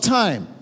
time